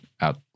out